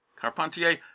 Carpentier